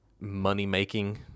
money-making